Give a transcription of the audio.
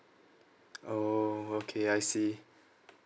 oh okay I see